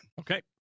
Okay